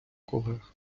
колег